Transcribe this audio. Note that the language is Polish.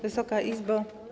Wysoka Izbo!